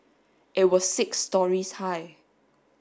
it was six storeys high